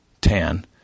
Tan